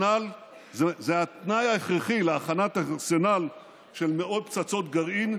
זה התנאי ההכרחי להכנת ארסנל של מאות פצצות גרעין,